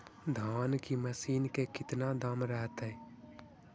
धान की मशीन के कितना दाम रहतय?